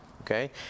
Okay